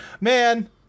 Man